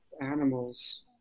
animals